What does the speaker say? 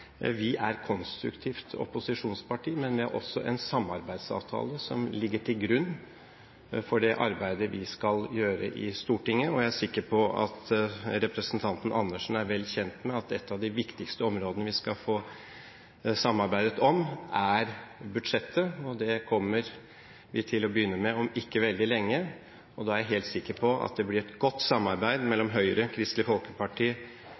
Vi er et konstruktivt opposisjonsparti, men vi har også en samarbeidsavtale som ligger til grunn for det arbeidet vi skal gjøre i Stortinget, og jeg er sikker på at representanten Andersen er vel kjent med at et av de viktigste områdene vi skal få samarbeide om, er budsjettet. Det kommer vi til å begynne med om ikke veldig lenge, og jeg er helt sikker på at det blir et godt samarbeid mellom Høyre, Kristelig Folkeparti,